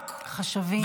השב"כ -- חשבים.